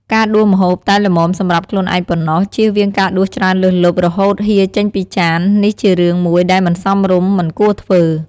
គួរដួសម្ហូបតែល្មមសម្រាប់ខ្លួនឯងប៉ុណ្ណោះ ជៀសវាងការដួសច្រើនលើសលប់ រហូតហៀរចេញពីចាន នេះជារឿងមួយដែលមិនសមរម្យ មិនគួរធ្វើ។